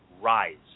Rise